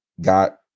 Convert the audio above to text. got